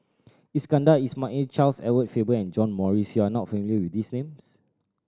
Iskandar Ismail Charles Edward Faber and John Morrice you are not familiar with these names